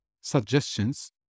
suggestions